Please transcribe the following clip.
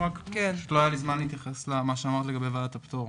לגבי מה שאמרת לגבי ועדת הפטור.